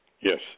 Yes